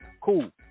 Cool